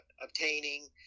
obtaining